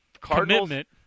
Commitment